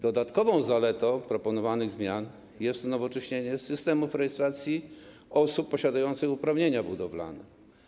Dodatkową zaletą proponowanych zmian jest unowocześnienie systemów rejestracji osób posiadających uprawnienia budowlane.